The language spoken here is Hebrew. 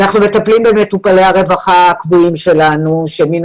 אנחנו מטפלים במטופלי הרווחה הקבועים שלנו שמן